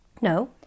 No